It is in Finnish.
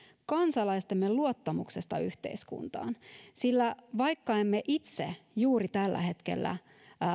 kansalaistemme luottamuksesta yhteiskuntaan sillä vaikka emme itse juuri tällä hetkellä